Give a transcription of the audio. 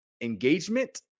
engagement